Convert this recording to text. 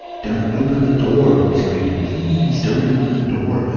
don't open the door, he screamed. please don't open the door.